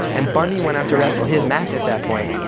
and bundy went out to wrestle his match at that point,